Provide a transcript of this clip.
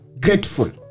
grateful